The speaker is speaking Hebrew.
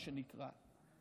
מה שנקרא,